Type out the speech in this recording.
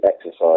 exercise